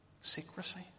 Secrecy